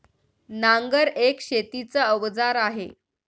नांगर एक शेतीच अवजार आहे